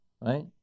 right